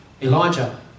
Elijah